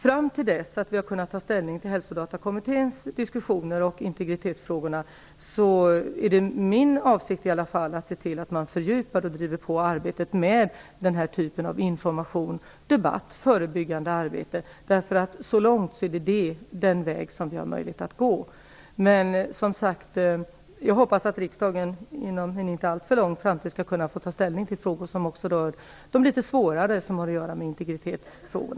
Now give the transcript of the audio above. Fram till dess att vi har kunnat ta ställning till Hälsodatakommitténs diskussioner och integritetsfrågorna är det i varje fall min avsikt att se till att man fördjupar och driver på arbetet med den här typen av information, debatt och förebyggande arbete. Det är fram till dess den väg som vi har möjlighet att gå. Men jag hoppas att riksdagen inom en inte alltför avlägsen framtid skall kunna ta ställning också till de litet svårare frågor som har beröring med integriteten.